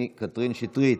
חברת הכנסת קטי קתרין שטרית,